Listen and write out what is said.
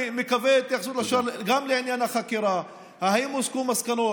אני מקווה שתתייחסו גם לעניין החקירה: האם הוסקו מסקנות?